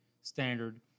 standard